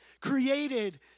created